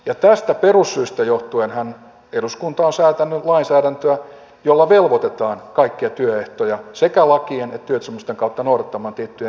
ja tästä perussyystä johtuenhan eduskunta on säätänyt lainsäädäntöä jolla velvoitetaan kaikkia sekä lakien että työehtosopimusten kautta noudattamaan tiettyjä minimiehtoja